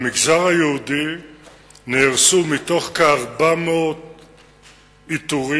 במגזר היהודי נהרסו, מתוך כ-400 איתורים,